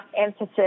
emphasis